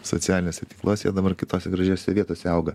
socialiniuose tinkluose jie dabar kitose gražiose vietose auga